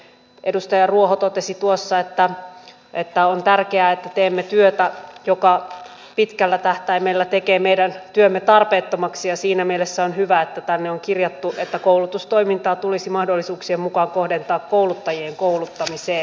edustaja ruoho totesi tuossa että on tärkeää että teemme työtä joka pitkällä tähtäimellä tekee meidän työmme tarpeettomaksi ja siinä mielessä on hyvä että tänne on kirjattu että koulutustoimintaa tulisi mahdollisuuksien mukaan kohdentaa kouluttajien kouluttamiseen